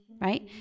right